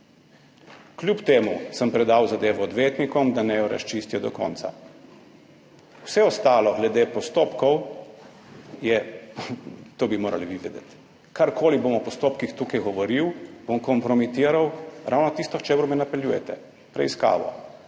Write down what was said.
Kljub temu sem predal zadevo odvetnikom, da naj jo razčistijo do konca. Vse ostalo glede postopkov je – to bi morali vi vedeti – karkoli bom o postopkih tukaj govoril, bom kompromitiral ravno tisto, k čemer me napeljujete, preiskavo.